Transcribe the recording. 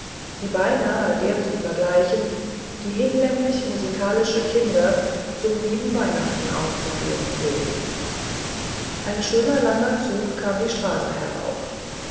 die beinahe der zu vergleichen die hinlänglich musikalische kinder zum lieben weihnachten aufzuführen pflegen ein schöner langer zug kam die straße herauf